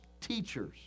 teachers